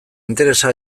interesa